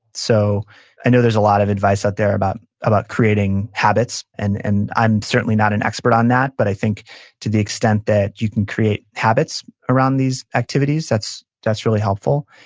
so i know there's a lot of advice out there about about creating habits, and and i'm certainly not an expert on that, but i think to the extent that you can create habits around these activities, that's that's really helpful.